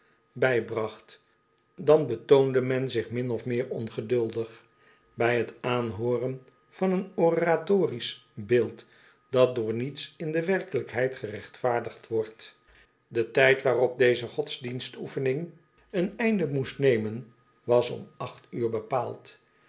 bijbracht dan betoonde men zich min of meer ongeduldig bij t aanhooren van een oratorisch beeld dat door niets in de werkelijkheid gerechtvaardigd wordt de tijd waarop deze godsdienstoefening een einde moest nemen was om acht uur bepaald